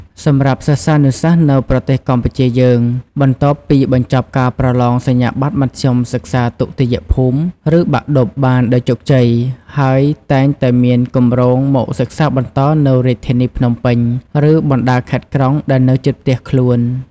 សម្រាប់សិស្សានុសិស្សនៅប្រទេសកម្ពុជាយើងបន្ទាប់ពីបញ្ចប់ការប្រឡងសញ្ញាបត្រមធ្យមសិក្សាទុតិយភូមិ ឬបាក់ឌុបបានដោយជោគជ័យហើយតែងតែមានគម្រោងមកសិក្សាបន្តនៅរាជធានីភ្នំពេញ ឬបណ្តាខេត្តក្រុងដែលនៅជិតផ្ទះខ្លួន។